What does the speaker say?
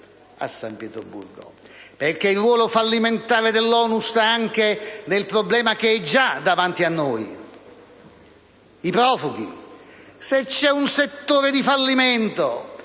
a San Pietroburgo. Infatti, il ruolo fallimentare dell'ONU sta anche nel problema che è già davanti a noi: i profughi. Se c'è un settore di fallimento